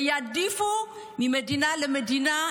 יעדיפו ויפלו בין מדינה למדינה,